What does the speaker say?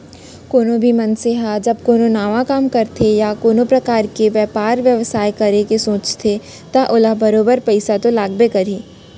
कोनो भी मनसे ह जब कोनो नवा काम करथे या कोनो परकार के बयपार बेवसाय करे के सोचथे त ओला बरोबर पइसा तो लागबे करही